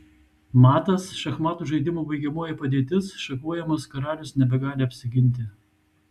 matas šachmatų žaidimo baigiamoji padėtis šachuojamas karalius nebegali apsiginti